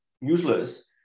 useless